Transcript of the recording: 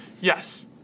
Yes